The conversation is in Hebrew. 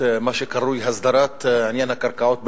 מה שקרוי הסדרת עניין הקרקעות בנגב,